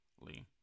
Lee